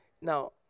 Now